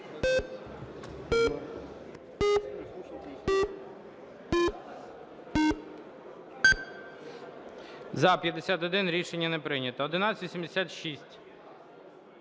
За-55 Рішення не прийнято. 1186.